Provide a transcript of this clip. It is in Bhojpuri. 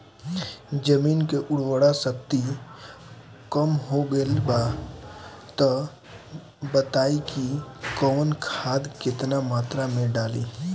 जमीन के उर्वारा शक्ति कम हो गेल बा तऽ बताईं कि कवन खाद केतना मत्रा में डालि?